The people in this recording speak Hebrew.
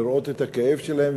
לראות את הכאב שלהם,